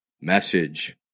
message